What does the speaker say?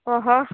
ಓಹೋ